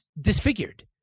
disfigured